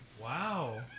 Wow